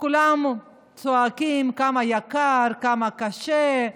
כולם צועקים כמה יקר, כמה קשה,